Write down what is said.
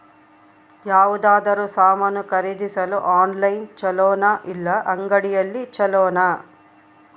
ಯಾವುದಾದರೂ ಸಾಮಾನು ಖರೇದಿಸಲು ಆನ್ಲೈನ್ ಛೊಲೊನಾ ಇಲ್ಲ ಅಂಗಡಿಯಲ್ಲಿ ಛೊಲೊನಾ?